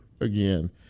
again